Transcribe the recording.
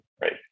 right